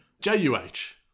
J-U-H